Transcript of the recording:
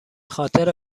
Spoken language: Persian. خاطر